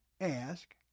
ask